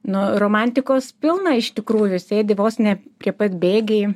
nu romantikos pilna iš tikrųjų sėdi vos ne prie pat bėgiai